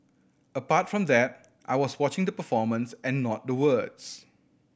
apart from that I was watching the performance and not the words